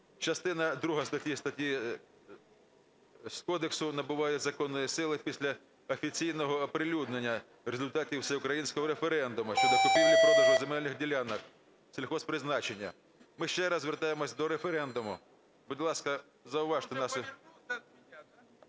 "Частина друга цієї статті кодексу набуває законної сили після офіційного оприлюднення результатів всеукраїнського референдуму щодо купівлі-продажу земельних ділянок сільгосппризначення". Ми ще раз звертаємося до референдуму. Будь ласка, зауважте…